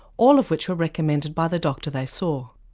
all of which were recommended by the doctor they saw.